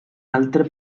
altre